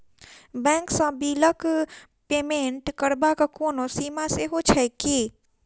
Bank सँ बिलक payment करबाक कोनो सीमा सेहो छैक की?